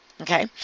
okay